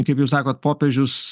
kaip jūs sakot popiežius